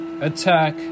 attack